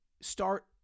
start